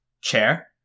Chair